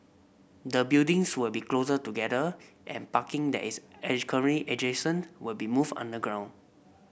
the buildings will be closer together and barking that is adjacent will be moved underground